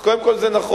אז קודם כול, זה נכון.